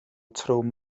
trwm